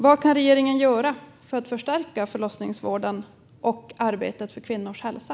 Vad kan regeringen göra för att förstärka förlossningsvården och arbetet för kvinnors hälsa?